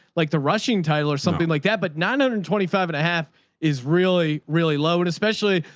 like the rushing title or something like that. but nine hundred and twenty five and a half is really, really low. and especially,